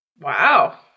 Wow